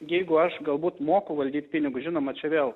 jeigu aš galbūt moku valdyt pinigus žinoma čia vėl